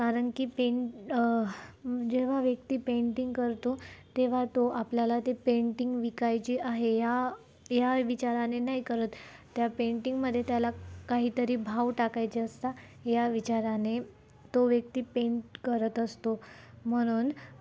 कारण की पेंट जेव्हा व्यक्ती पेंटिंग करतो तेव्हा तो आपल्याला ते पेंटिंग विकायची आहे या या विचाराने नाही करत त्या पेंटिंगमध्ये त्याला काहीतरी भाव टाकायचे असता या विचाराने तो व्यक्ती पेंट करत असतो म्हणून